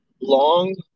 long